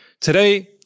Today